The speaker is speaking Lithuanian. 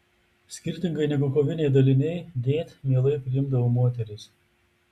skirtingai negu koviniai daliniai dėt mielai priimdavo moteris